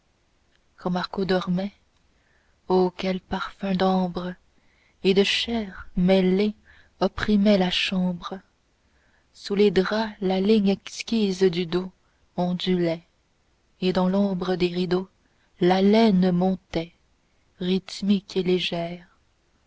quand marco dormait oh quels parfums d'ambre et de chair mêlés opprimaient la chambre sous les draps la ligne exquise du dos ondulait et dans l'ombre des rideaux l'haleine montait rhythmique et légère